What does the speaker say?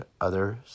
others